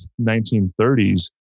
1930s